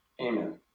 Amen